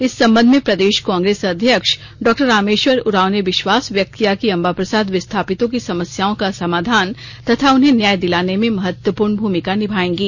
इस संबंध में प्रदेश कांग्रेस अध्यक्ष डॉ रामेश्वर उरांव ने विश्वास व्यक्त किया कि अंबा प्रसाद विस्थापितों की समस्याओं का समाधान तथा उन्हें न्याय दिलाने में महत्वपूर्ण भूमिका निभाएंगी